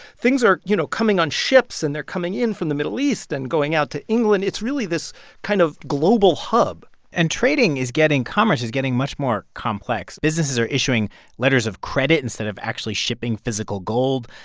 things are, you know, coming on ships, and they're coming in from the middle east and going out to england. it's really this kind of global hub and trading is getting commerce is getting much more complex. businesses are issuing letters of credit instead of actually shipping physical gold.